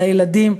על הילדים,